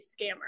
scammer